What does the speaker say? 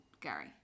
Gary